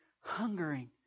hungering